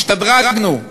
השתדרגנו,